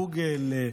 גוגל,